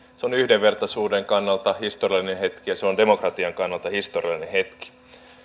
se on yhdenvertaisuuden kannalta historiallinen hetki ja se on demokratian kannalta historiallinen hetki